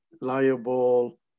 liable